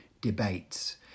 debates